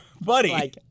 Buddy